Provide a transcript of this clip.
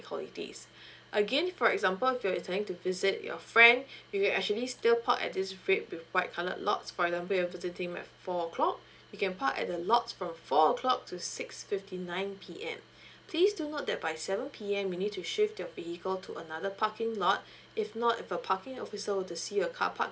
again for example if you're intending to visit your friend you can actually still park at this red with white colour lots for example you have to four o'clock you can park at the lots from four o'clock to six fifty nine P_M please do note that by seven P_M you need to shift your vehicle to another parking lot if not if a parking officer were to see a car park